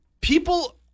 people